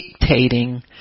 dictating